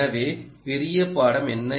எனவே பெரிய பாடம் என்ன